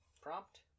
prompt